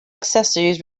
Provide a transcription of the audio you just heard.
accessories